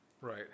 Right